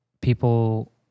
People